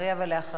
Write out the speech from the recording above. ואחריו,